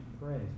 pray